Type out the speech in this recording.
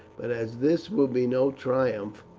but as this will be no triumph,